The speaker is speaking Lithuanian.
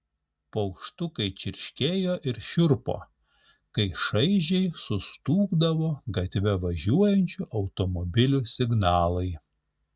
paukštukai čirškėjo ir šiurpo kai šaižiai sustūgdavo gatve važiuojančių automobilių signalai